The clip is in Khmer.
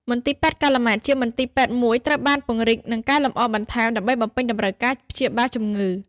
មន្ទីរពេទ្យកាល់ម៉ែត ជាមន្ទីរពេទ្យមួយត្រូវបានពង្រីក និងកែលម្អបន្ថែម ដើម្បីបំពេញតម្រូវការព្យាបាលជំងឺ។